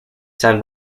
san